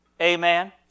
Amen